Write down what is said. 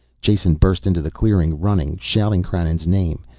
jason burst into the clearing, running, shouting krannon's name.